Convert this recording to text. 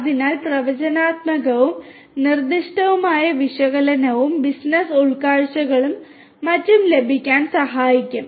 അതിനാൽ പ്രവചനാത്മകവും നിർദ്ദിഷ്ടവുമായ വിശകലനങ്ങളും ബിസിനസ്സ് ഉൾക്കാഴ്ചകളും മറ്റും ലഭിക്കാൻ സഹായിക്കും